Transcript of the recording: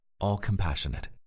all-compassionate